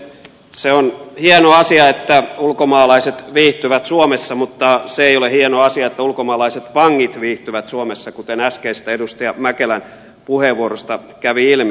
se on hieno asia että ulkomaalaiset viihtyvät suomessa mutta se ei ole hieno asia että ulkomaalaiset vangit viihtyvät suomessa kuten äskeisestä edustaja mäkelän puheenvuorosta kävi ilmi